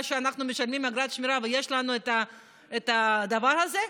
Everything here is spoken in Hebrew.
שאנחנו משלמים אגרת שמירה ויש לנו את הדבר הזה?